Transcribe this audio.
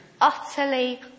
utterly